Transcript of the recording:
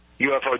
UFO